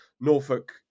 Norfolk